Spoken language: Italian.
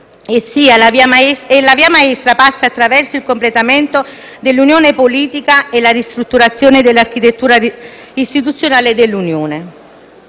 La via maestra passa attraverso il completamento dell'Unione politica e la ristrutturazione dell'architettura istituzionale dell'Unione.